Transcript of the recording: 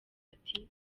ati